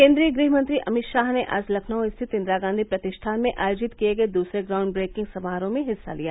केन्द्रीय गृहमंत्री अमित शाह ने आज लखनऊ स्थित इंदिरा गांधी प्रतिष्ठान में आयोजित किये गये दूसरे ग्राउण्ड ब्रेकिंग समारोह में हिस्सा लिया